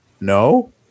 no